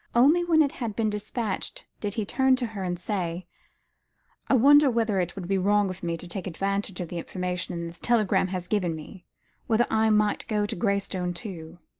only when it had been despatched, did he turn to her and say i wonder whether it would be wrong of me to take advantage of the information this telegram has given me whether i might go to graystone, too?